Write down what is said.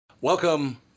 Welcome